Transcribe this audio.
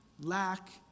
lack